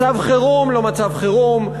מצב חירום לא מצב חירום,